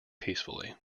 peacefully